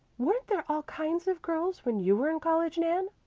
weren't there all kinds of girls when you were in college, nan?